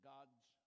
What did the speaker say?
God's